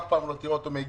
אף פעם לא תראה אותו מגיע.